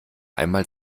einmal